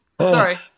Sorry